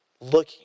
looking